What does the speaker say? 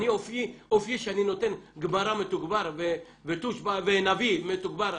אופיי שאני נותן גמרא מתוגבר ותושב"ע ונביא מתוגבר,